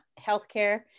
healthcare